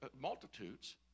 multitudes